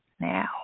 now